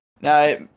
Now